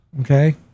Okay